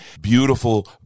beautiful